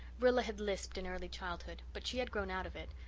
rilla had lisped in early childhood but she had grown out of it.